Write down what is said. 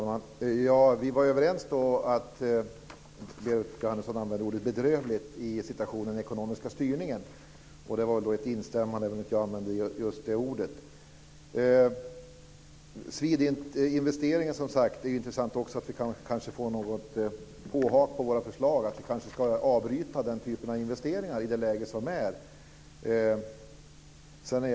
Fru talman! Vi var överens om att det var "bedrövligt", det ordet använde Berit Jóhannesson, med den ekonomiska styrningen. Det var ett instämmande även om jag inte använde just det ordet. När det gäller Swedintinvesteringen är det som sagt också intressant att vi kanske kan få påhak på våra förslag om att vi kanske ska avbryta den typen av investeringar i det läge som råder.